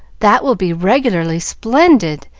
that will be regularly splendid!